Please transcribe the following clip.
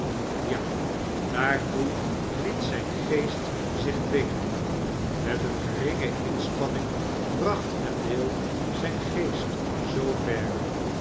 blyvenliggenpja daartoe liet zgn geest zich dwingen met eene geringe inspanning bracht vendaie zyn geest zoo